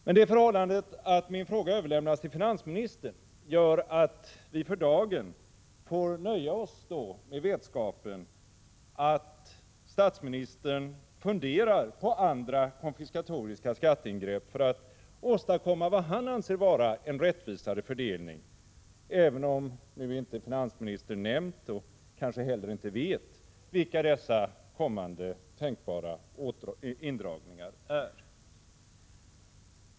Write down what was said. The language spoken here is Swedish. Men det förhållandet att min fråga överlämnats till finansministern gör att vi för dagen får nöja oss med vetskapen att statsministern funderar på andra konfiskatoriska skatteingrepp för att åstadkomma vad han anser vara en rättvisare fördelning, även om nu inte finansministern nämnt och kanske inte heller vet vilka dessa kommande tänkbara indragningar är.